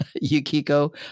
Yukiko